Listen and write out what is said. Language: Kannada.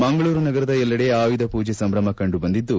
ಮಂಗಳೂರು ನಗರದ ಎಲ್ಲೆಡೆ ಆಯುಧ ಪೂಜೆ ಸಂಭ್ರಮ ಕಂಡು ಬಂದಿದ್ದು